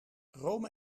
rome